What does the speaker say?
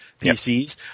PCs